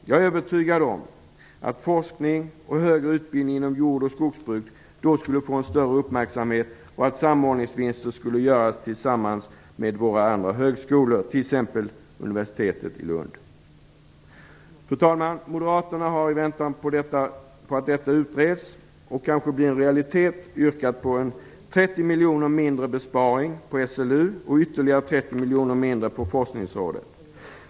Jag är övertygad om att forskning och högre utbildning inom jord och skogsbruket då skulle få en större uppmärksamhet, och att samordningsvinster skulle göras tillsammans med våra andra högskolor, t.ex. universitetet i Lund. Fru talman! Moderaterna har i väntan på att detta utreds och kanske blir en realitet yrkat på en minskning med 30 miljoner på besparingen på SLU, och ytterligare en minskning med 30 miljoner på besparingen på Forskningsrådet.